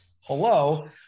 Hello